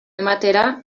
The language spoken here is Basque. ematera